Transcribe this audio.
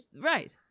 right